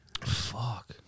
Fuck